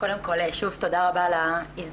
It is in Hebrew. קודם כול, שוב, תודה רבה על ההזדמנות.